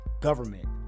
government